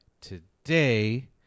today